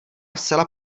zcela